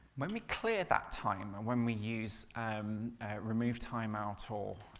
when we clear that timer, when we use um removetimeout or